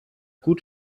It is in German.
gut